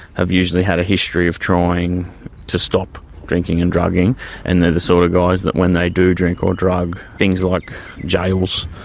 have usually had a history of trying to stop drinking and drugging and they are the sort of guys that when they do drink or drug, things like jails,